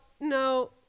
no